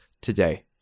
today